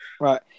Right